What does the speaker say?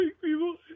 people